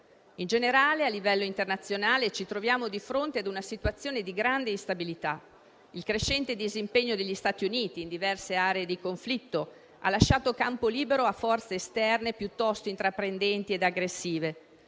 In generale, a livello internazionale ci troviamo di fronte ad una situazione di grande instabilità: il crescente disimpegno degli Stati Uniti in diverse aree di conflitto ha lasciato campo libero a forze esterne piuttosto intraprendenti e aggressive,